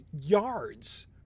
yards